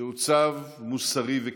זהו צו מוסרי וקיומי.